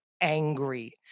angry